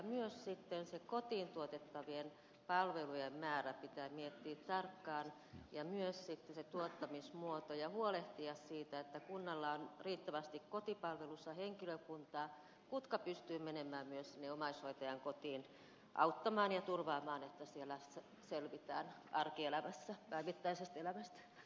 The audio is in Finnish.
myös sitten kotiin tuotettavien palvelujen määrä pitää miettiä tarkkaan ja myös tuottamismuoto ja huolehtia siitä että kunnalla on riittävästi kotipalvelussa henkilökuntaa joka pystyy menemään myös sinne omaishoitajan kotiin auttamaan ja turvaamaan että siellä selvitään arkielämässä päivittäisestä elämästä